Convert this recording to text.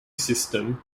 system